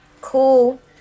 cool